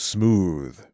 Smooth